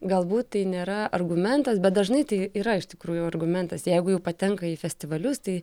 galbūt tai nėra argumentas bet dažnai tai yra iš tikrųjų argumentas jeigu jau patenka į festivalius tai